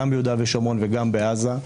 גם ביהודה ושומרון וגם בעזה.